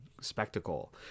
spectacle